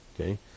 Okay